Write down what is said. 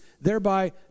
Thereby